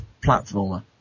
platformer